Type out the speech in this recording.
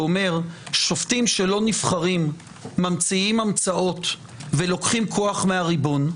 ואומר: שופטים שלא נבחרים ממציאים המצאות ולוקחים כוח מהריבון,